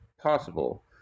possible